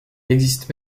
existe